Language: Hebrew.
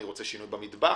רוצה שינוי במטבח,